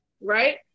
right